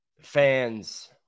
fans